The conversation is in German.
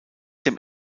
dem